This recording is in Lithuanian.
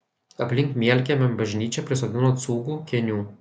aplink mielkiemio bažnyčią prisodino cūgų kėnių